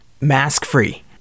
mask-free